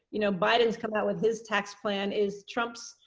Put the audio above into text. you know, biden's come out with his tax plan is trump's,